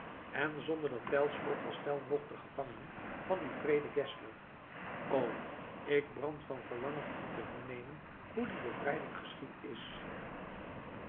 en zonder dat pijlschot was tell nog de gevangene van dien wreeden geszler o ik brand van verlangen om te vernemen hoe die bevrijding geschied is